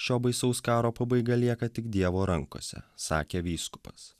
šio baisaus karo pabaiga lieka tik dievo rankose sakė vyskupas